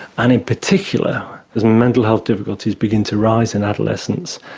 and in particular as mental health difficulties begin to rise in adolescence,